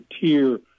tier